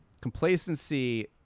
Complacency